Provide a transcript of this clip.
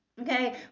Okay